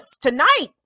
tonight